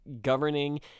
governing